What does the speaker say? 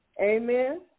Amen